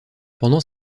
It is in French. pendant